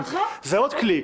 זה עוד כלי.